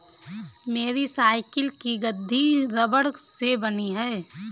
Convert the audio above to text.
मेरी साइकिल की गद्दी रबड़ से बनी है